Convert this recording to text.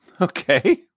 Okay